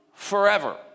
Forever